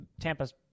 Tampa's